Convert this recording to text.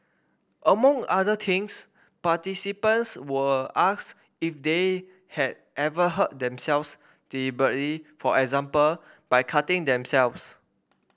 among other things participants were if they had ever hurt themselves deliberately for example by cutting themselves